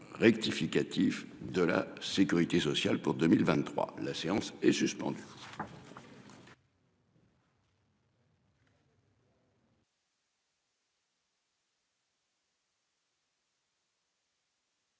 rectificatif de la Sécurité sociale pour 2023, la séance est suspendue.